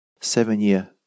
seven-year